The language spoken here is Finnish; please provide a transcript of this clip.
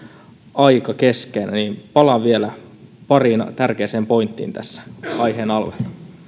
aika kesken palaan vielä pariin tärkeään pointtiin tämän aiheen alla